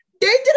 dangerous